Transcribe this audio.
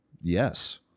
Yes